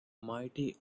mighty